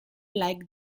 like